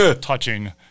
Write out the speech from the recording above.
touching